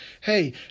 hey